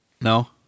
no